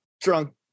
drunk